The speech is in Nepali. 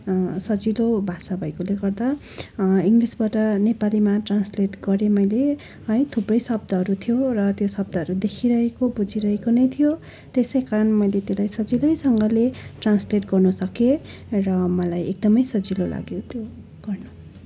सजिलो भाषा भएकोले गर्दा इङ्गलिसबाट नेपालीमा ट्रान्सलेट गरेँ मैले है थुप्रै शब्दहरू थियो र त्यो शब्दहरू देखिरहेको बुझिरहेको नै थियो त्यसै कारण मैले त्यसलाई सजिलैसँगले ट्रान्सलेट गर्नुसकेँ र मलाई एकदमै सजिलो लाग्यो त्यो गर्न